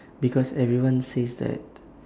because everyone says that